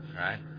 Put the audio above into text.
Right